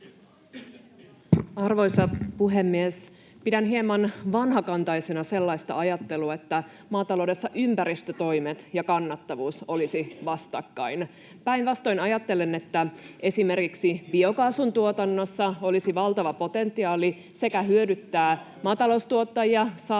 Arvoisa puhemies! Pidän hieman vanhakantaisena sellaista ajattelua, että maataloudessa ympäristötoimet ja kannattavuus olisivat vastakkain. [Juho Eerola: Viime kaudella tuntuivat olevan!] Päinvastoin ajattelen, että esimerkiksi biokaasun tuotannossa olisi valtava potentiaali sekä hyödyttää maataloustuottajia että saada